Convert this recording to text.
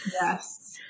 Yes